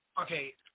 Okay